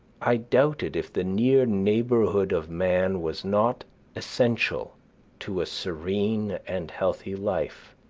i doubted if the near neighborhood of man was not essential to a serene and healthy life.